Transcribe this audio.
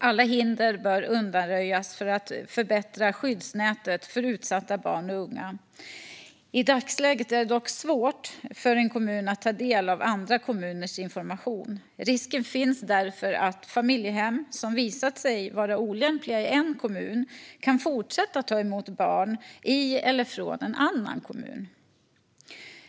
Alla hinder bör undanröjas för att förbättra skyddsnätet för utsatta barn och unga. I dagsläget är det svårt för en kommun att ta del av andra kommuners information, och risken finns därför att familjehem som visat sig vara olämpliga i en kommun kan fortsätta ta emot barn i eller från en annan kommun.